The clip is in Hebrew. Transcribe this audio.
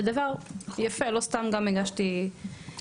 זה דבר יפה, לא סתם גם הגשתי בעצמי.